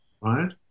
right